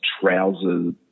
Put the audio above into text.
trousers